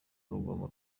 urugomo